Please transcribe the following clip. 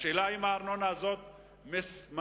אבל השאלה היא אם הארנונה הזאת מספיקה